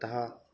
अतः